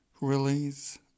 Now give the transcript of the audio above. release